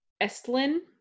Estlin